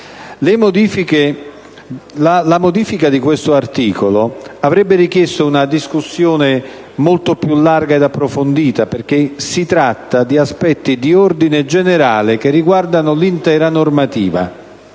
La modifica di questo articolo avrebbe richiesto una discussione molto più larga ed approfondita perché si tratta di aspetti di ordine generale che riguardano l'intera normativa.